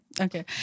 Okay